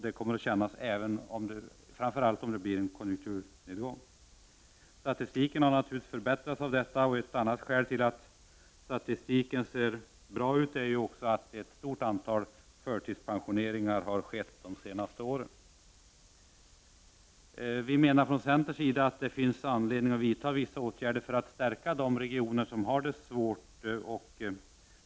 Det kommer de framför allt att känna av vid en konjunkturnedgång. Statistiken i fråga om människor i arbete har naturligtvis förbättrats genom detta. Ett annat skäl till det är också att ett stort antal förtidspensioneringar har skett de senaste åren.. Vi i centern anser att det finns anledning att vidta vissa åtgärder för att stärka de regioner som har det svårt.